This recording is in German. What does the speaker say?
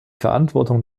verantwortung